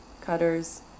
Cutters